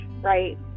right